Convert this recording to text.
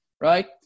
right